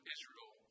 Israel